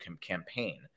campaign